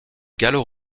gallo